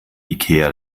ikea